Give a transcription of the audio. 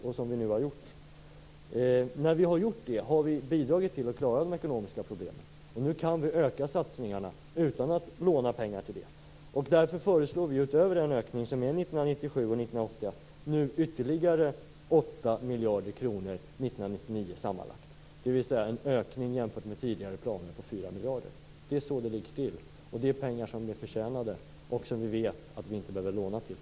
Genom att göra det har vi bidragit till att klara de ekonomiska problemen, och nu kan vi öka satsningarna utan att behöva låna pengar. Därför föreslår vi utöver ökningen för 1997 och 1998 sammanlagt ytterligare 8 miljarder kronor för 1999, dvs. en ökning på 4 miljarder jämfört med tidigare planer. Det är så det ligger till. Detta är pengar som är förtjänade och som vi vet att vi inte behöver låna till.